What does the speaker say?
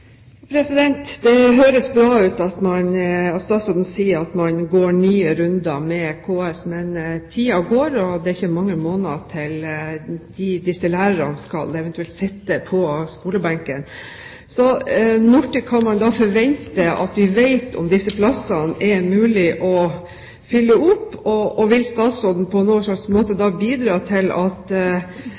Det høres bra ut at statsråden sier at man går nye runder med KS, men tiden går, og det er ikke mange måneder til disse lærerne eventuelt skal sitte på skolebenken. Når kan man da forvente å få vite om det er mulig å fylle opp disse plassene, og vil statsråden på noen slags måte da bidra til at